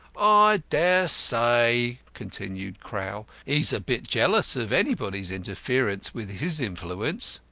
i dare say, continued crowl, he's a bit jealous of anybody's interference with his influence.